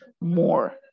more